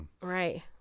Right